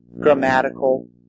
grammatical